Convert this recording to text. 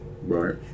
Right